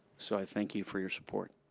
so i thank you for your support.